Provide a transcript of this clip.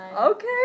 okay